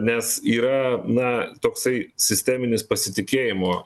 nes yra na toksai sisteminis pasitikėjimo